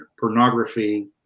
Pornography